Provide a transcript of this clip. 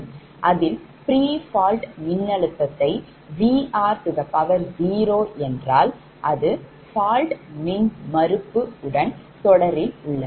அதில் pre fault மின்னழுத்தை Vr0 என்றால் அது fault மின்மறுப்பு உடன் தொடரில் உள்ளது